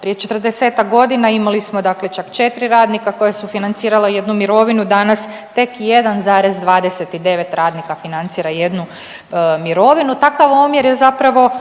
Prije 40-tak godina imali smo dakle čak 4 radnika koja su financirala jednu mirovinu, danas tek 1,29 radnika financira jednu mirovinu, takav omjer je zapravo